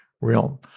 realm